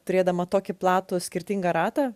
turėdama tokį platų skirtingą ratą